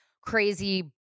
crazy